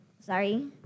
sorry